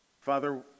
Father